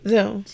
Zoom